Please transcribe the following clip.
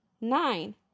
nine